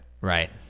right